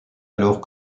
alors